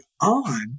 on